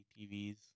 TVs